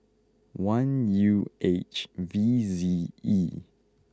one U H V Z E